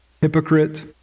hypocrite